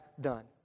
done